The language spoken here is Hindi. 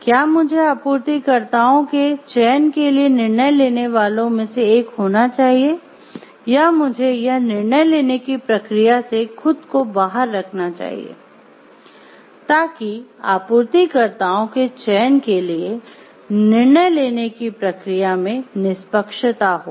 क्या मुझे आपूर्तिकर्ताओं के चयन के लिए निर्णय लेने वालों में से एक होना चाहिए या मुझे यह निर्णय लेने की प्रक्रिया से खुद को बाहर रखना चाहिए ताकि आपूर्तिकर्ताओं के चयन के लिए निर्णय लेने की प्रक्रिया में निष्पक्षता हो